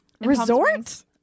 resort